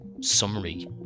summary